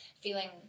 feeling